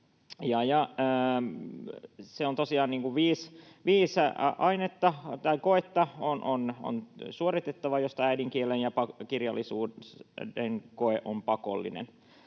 viisi koetta suoritettava, joista äidinkielen ja kirjallisuuden koe on pakollinen.